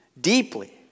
deeply